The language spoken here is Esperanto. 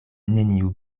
neniu